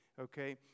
okay